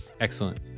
Excellent